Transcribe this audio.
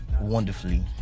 wonderfully